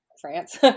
France